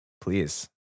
Please